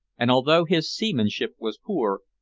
and although his seamanship was poor,